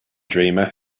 dreamer